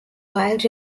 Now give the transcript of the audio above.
wild